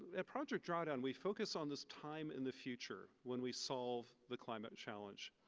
at project drawdown we focus on this time in the future when we solve the climate challenge.